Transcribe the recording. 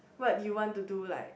what you want to do like